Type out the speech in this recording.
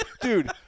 Dude